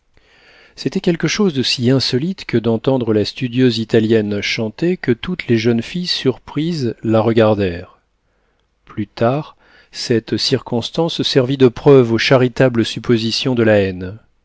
c'était quelque chose de si insolite que d'entendre la studieuse italienne chanter que toutes les jeunes filles surprises la regardèrent plus tard cette circonstance servit de preuve aux charitables suppositions de la haine